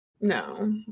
No